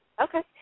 Okay